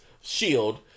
shield